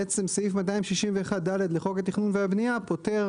סעיף 261(ד) לחוק התכנון והבנייה פוטר